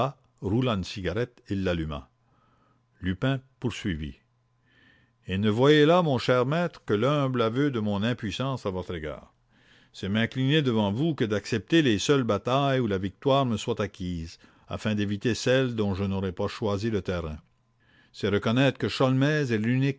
roula une cigarette et l'alluma lupin poursuivit et ne voyez là mon cher maître que l'humble aveu de mon impuissance à votre égard c'est m'incliner devant vous que d'accepter les seules batailles où la victoire me soit acquise afin d'éviter celles dont je n'aurais pas choisi le terrain c'est reconnaître que